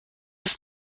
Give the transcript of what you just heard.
ist